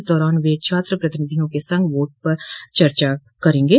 इस दौरान वे छात्र प्रतिनिधियों के संग वोट पर चर्चा करेंगे